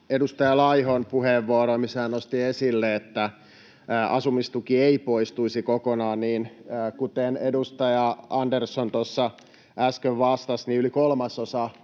edustaja Laihon puheenvuoroon, missä hän nosti esille, että asumistuki ei poistuisi kokonaan: Kuten edustaja Andersson tuossa äsken vastasi, niin kuitenkin